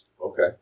Okay